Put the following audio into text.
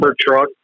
truck